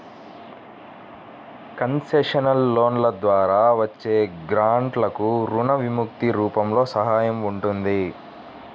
concessional లోన్ల ద్వారా వచ్చే గ్రాంట్లకు రుణ విముక్తి రూపంలో సహాయం ఉంటుంది